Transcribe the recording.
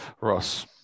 Ross